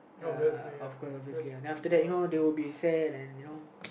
ya of course obviously uh then after that you know they will be sad and you know